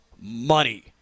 money